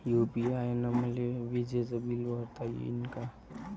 UPI न मले विजेचं बिल भरता यीन का?